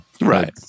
right